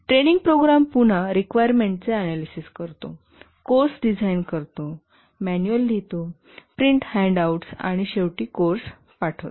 training programme पुन्हा रिक्वायरमेंटचे analysis करतो कोर्स डिझाइन करतो मॅन्युअल लिहितो प्रिंट हँडआउट्स आणि शेवटीकोर्स पाठवतो